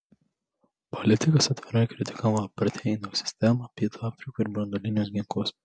politikas atvirai kritikavo apartheido sistemą pietų afrikoje ir branduolinius ginklus